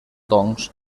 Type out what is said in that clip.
doncs